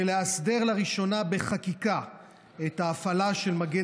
ולאסדר לראשונה בחקיקה את ההפעלה של מגן